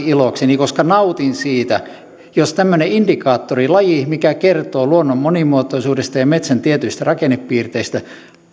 ilokseni koska nautin siitä jos tämmöinen indikaattorilaji mikä kertoo luonnon monimuotoisuudesta ja ja metsän tietyistä rakennepiirteistä